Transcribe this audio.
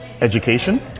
education